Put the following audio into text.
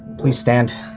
please stand.